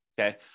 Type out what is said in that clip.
okay